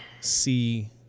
see